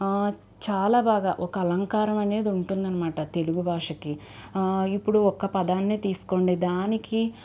చాలా బాగా ఒక అలంకారం అనేది ఉంటుందనమాట తెలుగు భాషకి ఇప్పుడు ఒక పదాన్నే తీసుకోండి దానికి